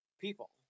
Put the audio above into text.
people